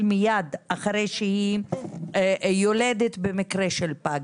מייד אחרי שהיא יולדת במקרה של פג.